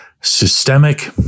systemic